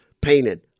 painted